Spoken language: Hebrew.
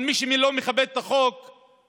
אבל מי שלא מכבד את החוק הוא